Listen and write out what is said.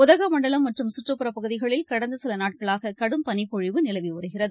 உதகமண்டலம் மற்றும் சுற்றுப்புற பகுதிகளில் கடந்தசிலநாட்களாககடும் பனிப்பொழிவு நிலவிவருகிறது